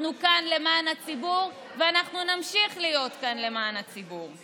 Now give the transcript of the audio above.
אנחנו כאן למען הציבור ונמשיך להיות כאן למען הציבור.